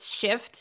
shift